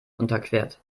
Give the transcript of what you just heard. unterquert